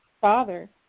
father